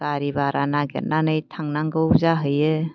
गारि बारा नागिरनानै थांनांगौ जाहैयो